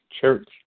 Church